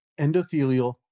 endothelial